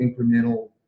incremental